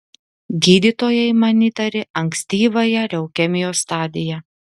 gydytojai man įtarė ankstyvąją leukemijos stadiją